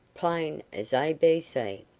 plain as a, b, c.